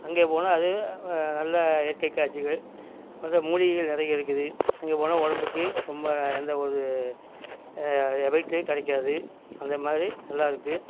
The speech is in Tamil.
அங்கே போனால் அது நல்ல இயற்கைக்காட்சிகள் அப்புறம் இந்த மூலிகைகள் நிறைய இருக்குது அங்கே போனால் உடம்புக்கு ரொம்ப எந்த ஒரு எபெக்ட்டே கிடைக்காது அந்த மாதிரி நல்லா இருக்கும்